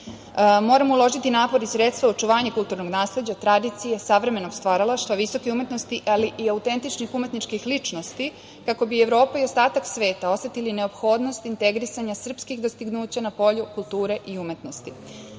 uložiti napor i sredstva u očuvanje kulturnog nasleđa, tradicije, savremenog stvaralaštva, visoke umetnosti, ali i autentičnih umetničkih ličnosti kako bi Evropa i ostatak sveta osetili neophodnost integrisanja srpskih dostignuća na polju kulture i umetnosti. Kada